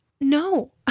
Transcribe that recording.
No